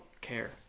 care